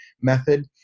method